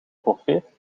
profeet